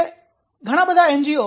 જેમ કે ઘણા બધા એન